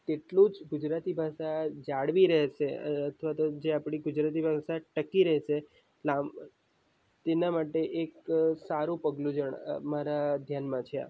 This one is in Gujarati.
તેટલું જ ગુજરાતી ભાષા જાળવી રહેશે અથવા તો જે આપણી ગુજરાતી ભાષા ટકી રહેશે તેના માટે એક સારું પગલું મારા ધ્યાનમાં છે